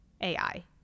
AI